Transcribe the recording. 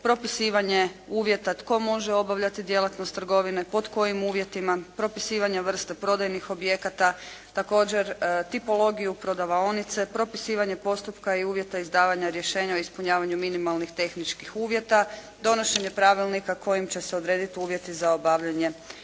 propisivanje uvjeta tko može obavljati djelatnost trgovine, pod kojim uvjetima, propisivanje vrste prodajnih objekata, također tipologiju prodavaonice, propisivanje postupka i uvjeta izdavanje rješenja o ispunjavanju minimalnih tehničkih uvjeta, donošenje pravilnika kojim će se urediti uvjeti za obavljanje